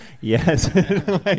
Yes